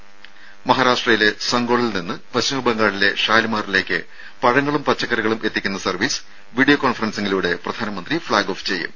നരേന്ദ്രമോദി നാളെ മഹാരാഷ്ട്രയിലെ സംഗോളയിൽ നിന്ന് പശ്ചിമബംഗാളിലെ ഷാലിമാറിലേക്ക് പഴങ്ങളും പച്ചക്കറികളും എത്തിക്കുന്ന സർവ്വീസ് വിഡിയോ കോൺഫറൻസിംഗിലൂടെ പ്രധാനമന്ത്രി ഫ്ലാഗ് ഓഫ് ചെയ്യും